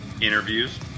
interviews